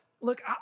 look